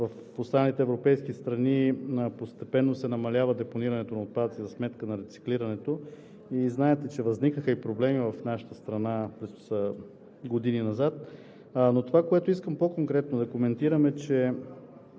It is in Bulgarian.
в останалите европейски страни постепенно се намалява депонирането на отпадъци за сметка на рециклирането. Знаете, че възникнаха и проблеми в нашата страна през годините назад. Това, което искам по-конкретно да коментирам, е, че